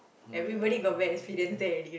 ya